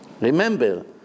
Remember